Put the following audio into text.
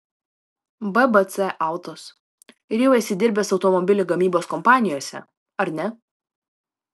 bbc autos ir jau esi dirbęs automobilių gamybos kompanijose ar ne